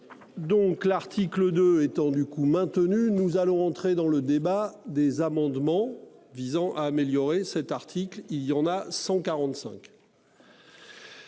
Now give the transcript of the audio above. Donc l'article 2 étant du coup maintenu, nous allons entrer dans le débat des amendements visant à améliorer cet article il y en a 145.